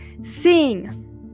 sing